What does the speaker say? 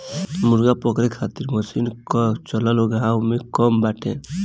मुर्गा पकड़े खातिर मशीन कअ चलन गांव में कम बाटे